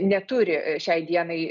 neturi šiai dienai